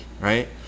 right